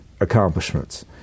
accomplishments